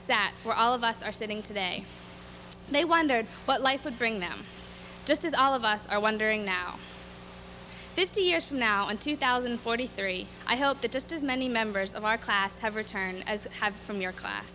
sat for all of us are sitting today they wondered what life would bring them just as all of us are wondering now fifty years from now in two thousand and forty three i hope that just as many members of our class have returned as have from your class